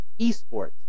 eSports